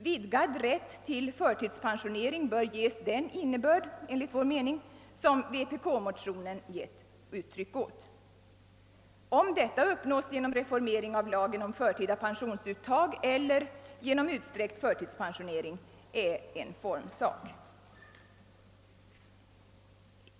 Vidgad rätt till förtidspensionering bör, enligt vår mening, ges den innebörd som vpk-motionen gett uttryck åt. Om detta uppnås genom reformering av lagen om förtida pensionsuttag eller genom utsträckt förtidspensionering är en formsak.